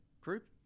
group